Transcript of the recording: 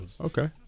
Okay